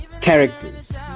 characters